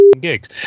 gigs